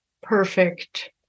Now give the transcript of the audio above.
perfect